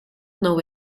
know